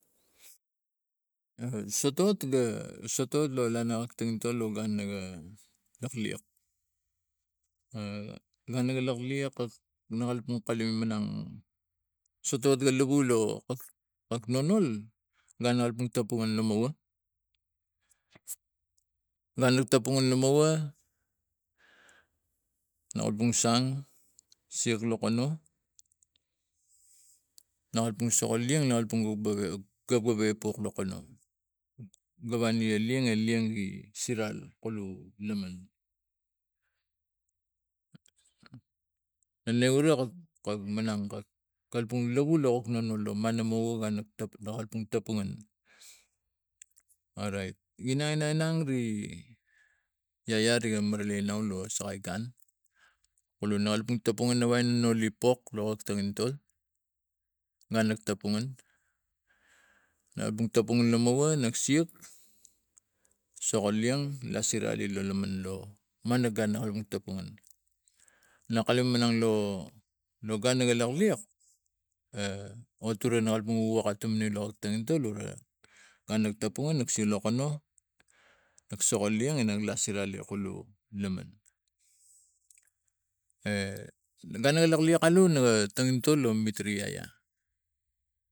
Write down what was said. Sotot ga sotot lana tingintol lo gun liga lak liak ga kalapang kaleng minang sotot lo lavu lo nonol nanal tapung lamava nanal tapung lamava a bung sang siak lokono na wok bung so ko liang nok bung wokewe be bewe liak lokono ga warine liang eliang e silan kolu laman na ne ura kominang lavu lo tapungan. Orait inang inang ri yaya riga maroi nau lo sakai gun kulu na gun tapong a pok la tangitol ngan nat tapungan na bung tapung lamava siak sokiliang na lasinane lo loloman lo mana gun a kapang tapungan na kalume minagn lo gun lak liak a otura no kalapang wok atuman tangintol una gun tapungan siak lokono lak soki liang inang lasirane kolo laman e gun ri lak alu na tangingtol la minari yaya